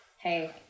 hey